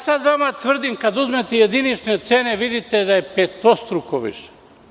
Sada vam tvrdim kada uzmete jedinične cene videćete da je petostruko više.